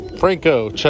Franco